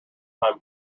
time